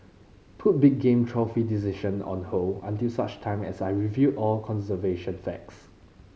put big game trophy decision on hold until such time as I review all conservation facts